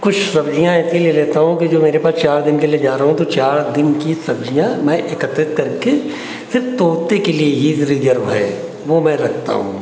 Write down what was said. कुछ सब्ज़ियाँ ऐसी ले लेता हूँ कि जो मेरे पास चार दिन के लिए जा रहा हूँ तो चार दिन की सब्ज़ियाँ मैं एकत्रित करके फिर तोते के लिए यह रिजर्व है वह मैं रखता हूँ